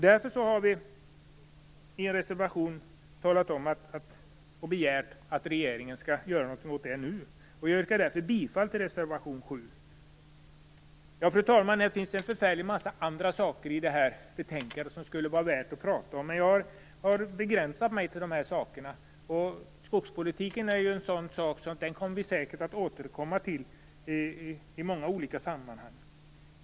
Därför har vi i en reservation begärt att regeringen skall göra något åt det nu. Jag yrkar bifall till reservation 7. Fru talman! Det finns mängder av saker i detta betänkande som det skulle vara värt att prata om. Jag har begränsat mig. Skogspolitiken kommer vi säkert att återkomma till i många olika sammanhang.